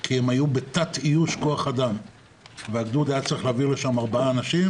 כי הם היו בתת איוש כוח אדם והגדוד היה צריך להעביר לשם ארבעה אנשים.